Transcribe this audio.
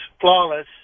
flawless